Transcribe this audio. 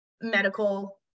medical